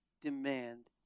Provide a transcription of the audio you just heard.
demand